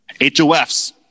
HOFs